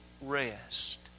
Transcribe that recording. rest